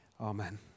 Amen